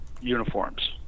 uniforms